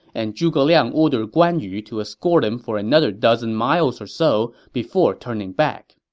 and zhuge liang ordered guan yu to escort him for another dozen miles or so before turning back